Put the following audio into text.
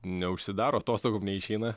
neužsidaro atostogų neišeina